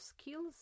skills